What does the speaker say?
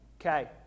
Okay